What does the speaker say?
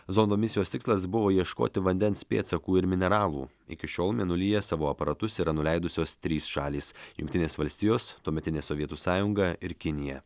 zondo misijos tikslas buvo ieškoti vandens pėdsakų ir mineralų iki šiol mėnulyje savo aparatus yra nuleidusios trys šalys jungtinės valstijos tuometinė sovietų sąjunga ir kinija